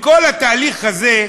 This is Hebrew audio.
לכל התהליך הזה,